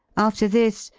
after this,